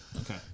okay